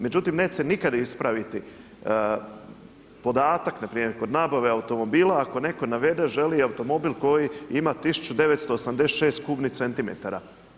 Međutim, neće se nikad ispraviti podatak na primjer kod nabave automobila ako netko navede želi automobil koji ima 1986. kubnih centimetara.